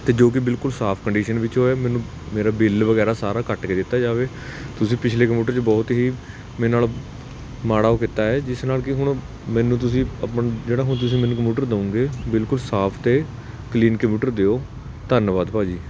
ਅਤੇ ਜੋ ਕਿ ਬਿਲਕੁਲ ਸਾਫ਼ ਕੰਡੀਸ਼ਨ ਵਿੱਚ ਹੋਵੇ ਮੈਨੂੰ ਮੇਰਾ ਬਿਲ ਵਗੈਰਾ ਸਾਰਾ ਕੱਟ ਕੇ ਦਿੱਤਾ ਜਾਵੇ ਤੁਸੀਂ ਪਿਛਲੇ ਕੰਪਿਊਟਰ 'ਚ ਬਹੁਤ ਹੀ ਮੇਰੇ ਨਾਲ ਮਾੜਾ ਉਹ ਕੀਤਾ ਹੈ ਜਿਸ ਨਾਲ ਕਿ ਹੁਣ ਮੈਨੂੰ ਆਪਣ ਤੁਸੀਂ ਜਿਹੜਾ ਹੁਣ ਤੁਸੀਂ ਮੈਨੂੰ ਕੰਪਿਊਟਰ ਦਿਓਗੇ ਬਿਲਕੁਲ ਸਾਫ਼ ਅਤੇ ਕਲੀਨ ਕੰਪਿਊਟਰ ਦਿਓ ਧੰਨਵਾਦ ਭਾਜੀ